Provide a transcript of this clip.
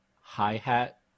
hi-hat